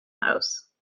house